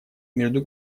между